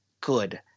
good